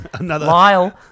Lyle